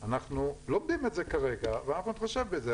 אנחנו לומדים את זה כרגע ואנחנו נתחשב בזה.